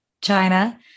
China